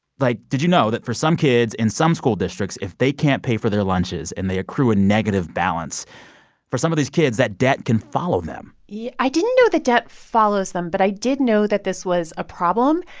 like, did you know that for some kids, in some school districts, if they can't pay for their lunches and they accrue a negative balance for some of these kids, that debt can follow them yeah i didn't know that debt follows them, but i did know that this was a problem,